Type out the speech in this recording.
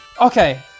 Okay